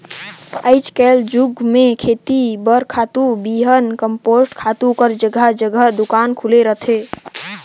आएज कर जुग में खेती बर खातू, बीहन, कम्पोस्ट खातू कर जगहा जगहा दोकान खुले रहथे